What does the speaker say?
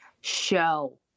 show